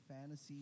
Fantasy